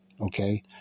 Okay